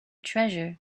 treasure